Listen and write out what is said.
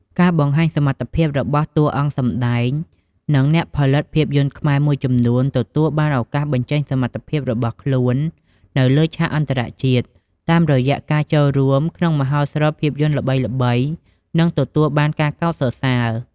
ការបង្ហាញសមត្ថភាពរបស់តួសម្ដែង និងអ្នកផលិតភាពយន្តខ្មែរមួយចំនួនទទួលបានឱកាសបញ្ចេញសមត្ថភាពរបស់ខ្លួននៅលើ ឆាកអន្តរជាតិ តាមរយៈការចូលរួមក្នុងមហោស្រពភាពយន្តល្បីៗ និងទទួលបានការកោតសរសើរ។